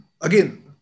again